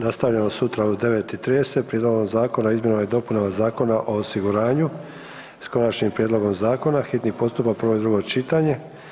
Nastavljamo sutra u 9,30 s Prijedlogom zakona o izmjenama i dopunama Zakona o osiguranju s konačnim prijedlogom zakona, hitni postupak, prvo i drugo čitanje.